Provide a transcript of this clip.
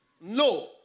No